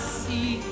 see